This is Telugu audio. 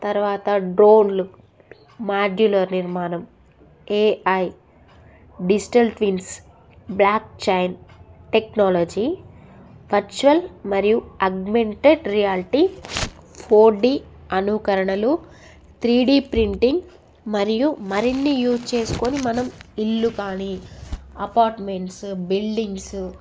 తర్వాత డ్రోన్లు మాడ్యూలర్ నిర్మాణం AI digital twins block chain technology structural మరియు ఆగ్మెంటేడ్ రియాల్టీ ఫోర్ డీ అనుకరణలు త్రీ డీ ప్రింటింగ్ మరియు మరిన్ని యూస్ చేసుకొని మనం ఇల్లు కానీ అపార్ట్మెంట్స్ బిల్డింగ్స్